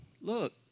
look